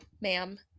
ma'am